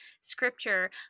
scripture